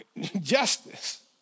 Justice